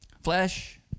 Flesh